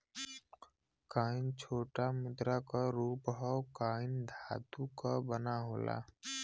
coin छोटा मुद्रा क रूप हौ कॉइन धातु क बना होला